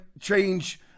change